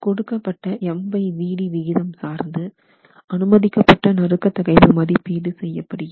கொடுக்கப்பட்ட MVd விகிதம் சார்ந்து அனுமதிக்கப்பட்ட நறுக்க தகைவு மதிப்பீடு செய்ய படுகிறது